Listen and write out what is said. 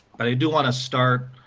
but i do want to start,